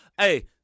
hey